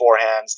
forehands